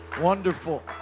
wonderful